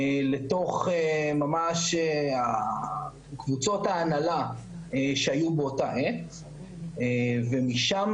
לתוך ממש קבוצות ההנהלה שהיו באותה עת ומשם